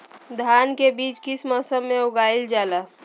धान के बीज किस मौसम में उगाईल जाला?